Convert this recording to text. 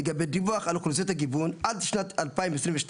לגבי דיווח על אוכלוסיות הגיוון עד שנת 2022,